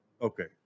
okay